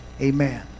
Amen